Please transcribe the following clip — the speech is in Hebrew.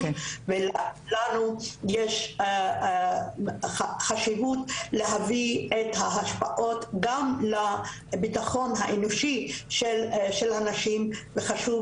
ולנו יש חשיבות להביא את ההשפעות גם לביטחון האנושי של הנשים וחשוב